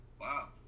Wow